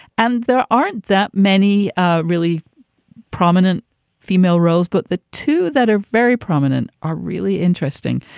and there aren't that many ah really prominent female roles. but the two that are very prominent are really interesting.